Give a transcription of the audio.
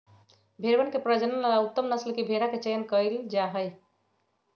भेंड़वन के प्रजनन ला उत्तम नस्ल के भेंड़ा के चयन कइल जाहई